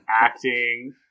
acting